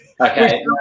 Okay